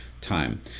time